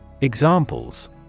Examples